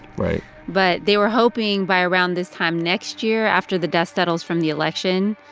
right but they were hoping by around this time next year, after the dust settles from the election,